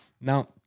Now